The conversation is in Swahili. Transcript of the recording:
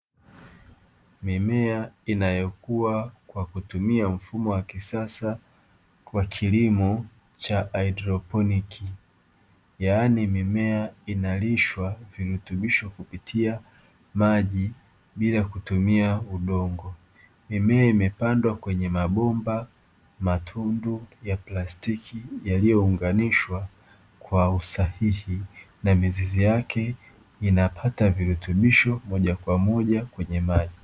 Mimea inayokuwa kwa kutumia mfumo wa kisasa wa kilimo cha haidroponi, yaani mimea inalishwa virutubisho kupitia maji bila kutumia udongo; mimea imepandwa kwenye mabomba matundu ya plastiki yaliyounganishwa kwa usahihi, na mizizi yake inapata virutubisho moja kwa moja kwenye maji.